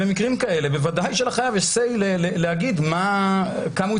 במקרים כאלה בוודאי שלחייב יש אמירה להגיד כמה הוא